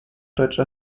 deutsche